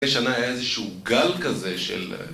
בשנה היה איזשהו גל כזה של...